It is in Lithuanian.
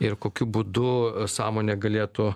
ir kokiu būdu sąmonė galėtų